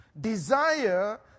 desire